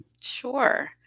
Sure